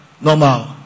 normal